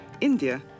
India